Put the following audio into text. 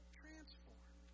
transformed